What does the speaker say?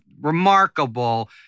remarkable